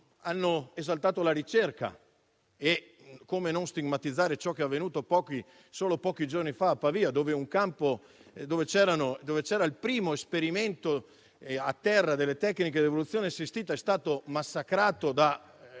produttori e la ricerca. Come non stigmatizzare poi ciò che è avvenuto solo pochi giorni fa a Pavia? Un campo dove c'era il primo esperimento a terra delle tecniche di evoluzione assistita è stato massacrato da